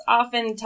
often